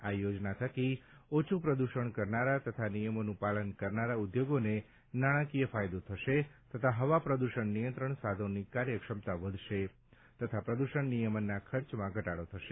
આ યોજના થકી ઓછું પ્રદુષણ કરનારા તથા નિયમોનું પાલન કરનારા ઉદ્યોગોને નાણાકીય ફાયદો થશે તથા હવા પ્રદુષણ નિયંત્રણ સાધનોની કાર્યક્ષમતા વધશે અને પ્રદુષણ નિયમનના ખર્ચમાં ઘટાડો થશે